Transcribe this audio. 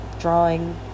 drawing